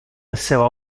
esseva